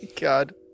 God